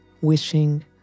wishing